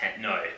No